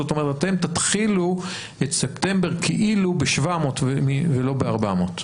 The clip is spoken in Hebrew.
זאת אומרת אתם תתחילו את ספטמבר כאילו ב-700 ולא ב-400,